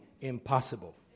impossible